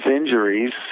injuries